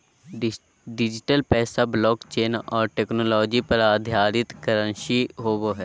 digital पैसा blockchain और technology पर आधारित करंसी होवो हइ